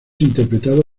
interpretado